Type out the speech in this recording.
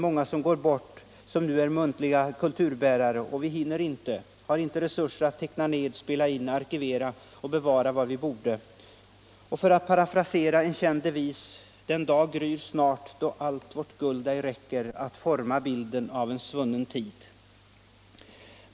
Många muntliga kulturbärare i den äldre generationen går bort, och vi hinner inte, vi har inte resurser att teckna ner, spela in, arkivera och bevara vad vi borde —- för att parafrasera en känd devis: Den dag gryr snart då allt vårt guld ej räcker att forma bilden av en svunnen tid.